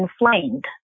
inflamed